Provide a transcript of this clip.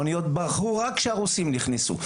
האוניות ברחו רק כשהרוסים נכנסו.